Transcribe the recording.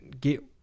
Get